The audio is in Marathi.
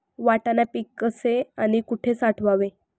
वाटाणा पीक कसे आणि कुठे साठवावे?